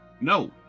No